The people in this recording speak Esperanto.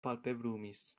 palpebrumis